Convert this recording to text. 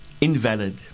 invalid